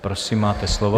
Prosím, máte slovo.